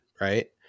right